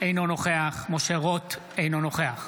אינו נוכח משה רוט, אינו נוכח